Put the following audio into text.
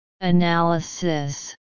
Analysis